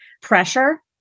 pressure